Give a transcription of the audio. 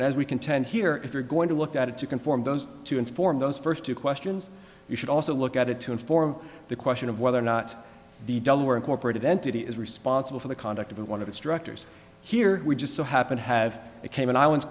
as we contend here if you're going to look at it to conform those to inform those first two questions you should also look at it to inform the question of whether or not the delaware incorporated entity is responsible for the conduct of one of its directors here we just so happen to have a cayman islands